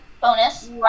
Bonus